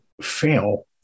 fail